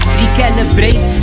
recalibrate